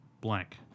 blank